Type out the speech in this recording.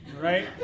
right